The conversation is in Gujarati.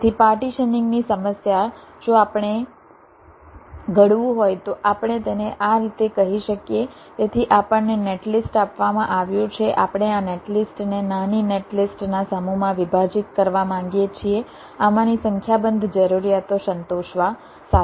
તેથી પાર્ટીશનીગની સમસ્યા જો આપણે ઘડવું હોય તો આપણે તેને આ રીતે કહી શકીએ તેથી આપણને નેટલિસ્ટ આપવામાં આવ્યું છે આપણે આ નેટલિસ્ટને નાની નેટલિસ્ટના સમૂહમાં વિભાજિત કરવા માંગીએ છીએ આમાંની સંખ્યાબંધ જરૂરિયાતો સંતોષવા સાથે